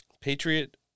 Patriot